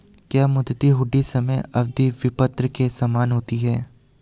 क्या मुद्दती हुंडी समय अवधि विपत्र के समान होती है?